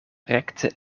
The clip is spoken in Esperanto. rekte